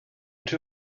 two